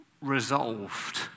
resolved